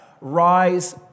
rise